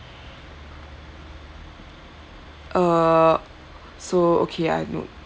err so okay I've note